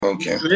Okay